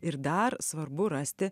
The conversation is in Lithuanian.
ir dar svarbu rasti